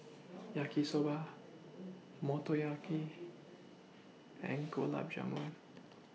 Yaki Soba Motoyaki and Gulab Jamun